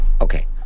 okay